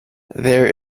there